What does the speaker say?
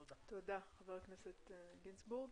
תודה, חבר הכנסת גינזבורג.